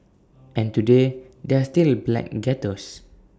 and today there are still black ghettos